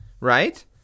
right